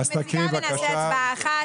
אפשר ביחד, אז אני מציגה ונעשה הצבעה אחת.